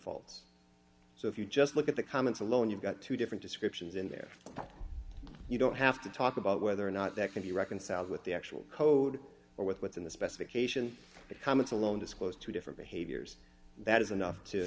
faults so if you just look at the comments alone you've got two different descriptions in there you don't have to talk about whether or not that can be reconciled with the actual code or with what's in the specification that comments alone disclosed two different behaviors that is enough to